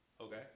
Okay